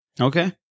Okay